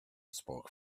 spoke